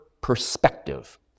perspective